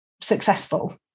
successful